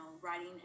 writing